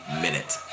minute